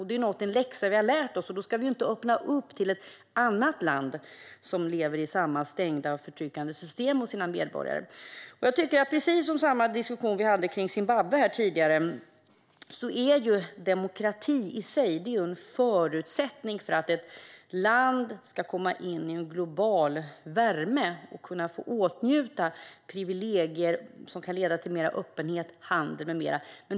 Det är en läxa vi har lärt oss, och då ska vi inte öppna upp för ett annat land där medborgarna lever i samma stängda och förtryckande system. Jag tycker, precis som i diskussionen om Zimbabwe tidigare, att demokrati i sig är en förutsättning för att ett land ska få komma in i en global värme och åtnjuta privilegier som kan leda till mer öppenhet, handel med mera.